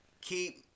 Keep